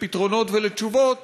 לפתרונות ולתשובות,